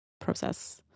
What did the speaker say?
process